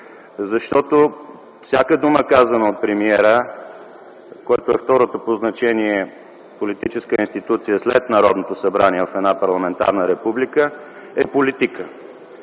защото всяка дума, казана от премиера, който е втората по значение политическа институция след Народното събрание в една парламентарна република, е политика